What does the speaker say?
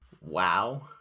Wow